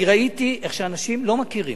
אני ראיתי איך שאנשים לא מכירים.